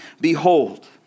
behold